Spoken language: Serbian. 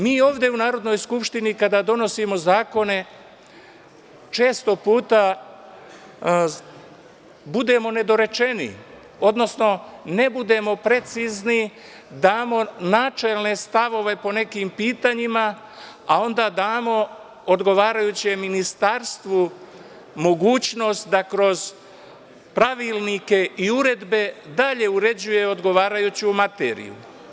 Mi ovde u Narodnoj skupštini kada donosimo zakone često puta budemo nedorečeni, odnosno ne budemo precizni, damo načelne stavove po nekim pitanjima, a onda damo odgovarajućem ministarstvu mogućnost da kroz pravilnike i uredbe dalje uređuje odgovarajuću materiju.